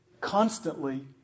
constantly